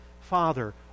father